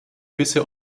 bisher